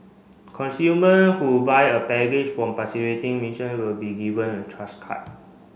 consumer who buy a package from participating merchant will be given a Trust card